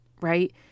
right